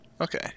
okay